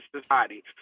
society